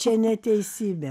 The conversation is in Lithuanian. čia neteisybė